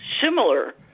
similar